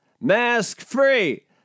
mask-free